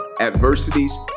adversities